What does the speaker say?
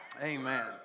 Amen